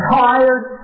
tired